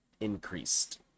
increased